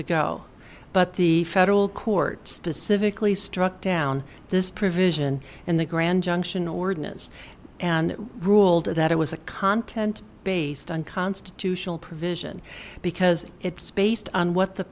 ago but the federal court specifically struck down this provision in the grand junction ordinance and ruled that it was a content based on constitutional provision because it's based on what the